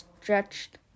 stretched